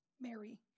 Mary